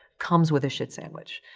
comes with a shit sandwich.